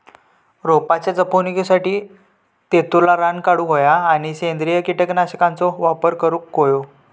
रोपाच्या जपणुकीसाठी तेतुरला रान काढूक होया आणि सेंद्रिय कीटकनाशकांचो वापर करुक होयो